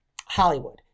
hollywood